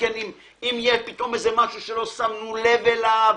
אם יהיה פתאום משהו שלא שמנו לב אליו.